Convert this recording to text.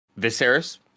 Viserys